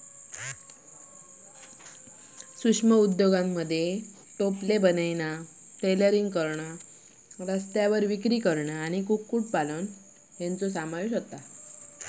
सूक्ष्म उद्योगांमध्ये टोपले बनवणा, टेलरिंग, रस्त्यावर विक्री आणि कुक्कुटपालन यांचो समावेश होता